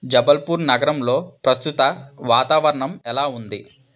జబల్పూర్ నగరంలో ప్రస్తుత వాతావరణం ఎలా ఉంది